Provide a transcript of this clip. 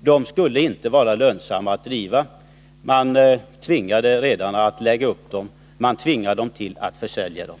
De skulle inte vara lönsamma att driva. Man skulle tvinga redarna att lägga upp dem eller att sälja dem.